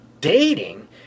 dating